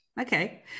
okay